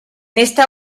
esta